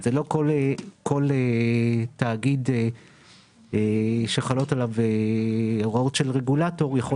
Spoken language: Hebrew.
זה לא שכל תאגיד שחלות עליו הוראות של רגולטור יכול